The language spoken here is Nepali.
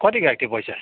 कति काटियो पैसा